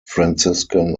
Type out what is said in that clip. franciscan